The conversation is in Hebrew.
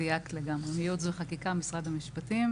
כי שמענו את דברי נציגי המשטרה ושמענו את דברי נציגי